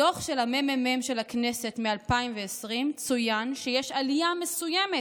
בדוח של הממ"מ של הכנסת מ-2020 צוין שיש עלייה מסוימת